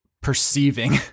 perceiving